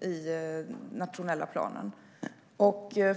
i nationella planen.